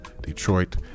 detroit